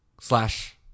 slash